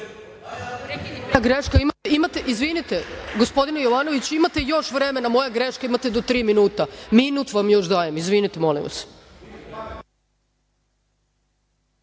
Moja greška, izvinite, gospodine Jovanović, imate još vremena, moja greška, imate do tri minuta, minut vam još dajem. Izvinite, molim vas.